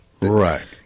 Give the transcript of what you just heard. Right